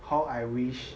how I wish